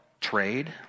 trade